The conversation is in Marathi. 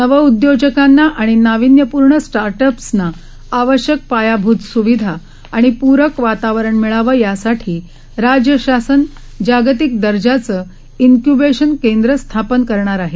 नवउद्योजकांनाआणिनाविन्यपूर्णस्टार्टअप्सनाआवश्यकपायाभूतस्विधाआणिपूरकवातावरणमिळावंयासा ठीराज्यशासनजागतिकदर्जाचंइन्क्य्बेशनकेंद्रस्थापनकरणारआहे